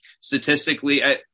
statistically